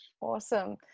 Awesome